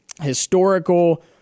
historical